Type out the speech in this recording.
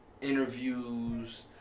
interviews